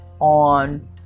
on